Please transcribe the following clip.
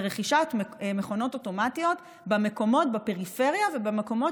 לרכישת מכונות אוטומטיות למקומות בפריפריה ולמקומות